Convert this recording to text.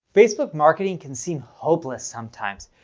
facebook marketing can seem hopeless sometimes.